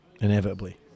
inevitably